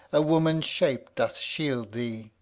a woman's shape doth shield thee.